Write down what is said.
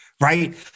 right